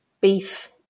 beef